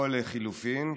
או לחלופין,